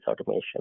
automation